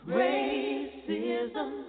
racism